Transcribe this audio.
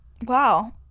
wow